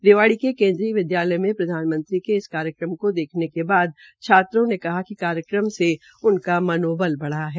रिवाड़ी के केन्द्रीय विद्यालय में प्रधानमंत्री के इस कार्यक्रम को देखने के बाद छात्रों ने कहा कि कार्यक्रम से उनका मनोबल बढ़ा है